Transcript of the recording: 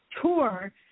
tour